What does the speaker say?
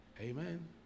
Amen